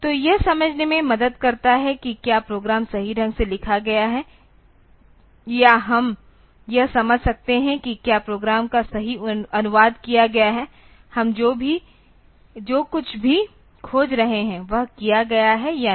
तो यह समझने में मदद करता है कि क्या प्रोग्राम सही ढंग से लिखा गया है या हम यह समझ सकते हैं कि क्या प्रोग्राम का सही अनुवाद किया गया है हम जो कुछ भी खोज रहे हैं वह किया गया है या नहीं